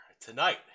Tonight